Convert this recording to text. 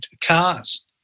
cars